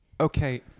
Okay